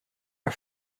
are